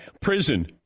prison